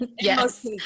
Yes